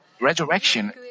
resurrection